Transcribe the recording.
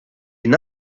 une